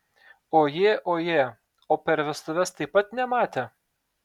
ojė ojė o per vestuves taip pat nematė